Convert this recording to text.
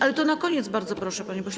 Ale to na koniec, bardzo proszę, panie pośle.